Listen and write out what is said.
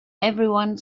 everyone